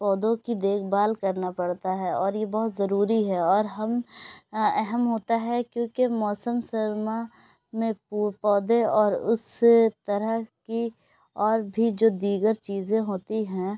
پودوں کی دیکھ بھال کرنا پڑتا ہے اور یہ بہت ضروری ہے اور ہم اہم ہوتا ہے کیوںکہ موسم سرما میں پو پودے اور اس طرح کی اور بھی جو دیگر چیزیں ہوتی ہیں